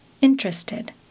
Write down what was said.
interested